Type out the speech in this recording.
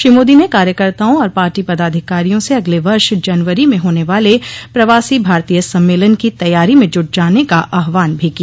श्री मोदी ने कार्यकर्ताओं और पार्टी पदाधिकारियों से अगले वर्ष जनवरी में होने वाले प्रवासी भारतीय सम्मेलन को तैयारी में जुट जाने का आहवान भी किया